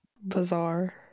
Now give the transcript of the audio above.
bizarre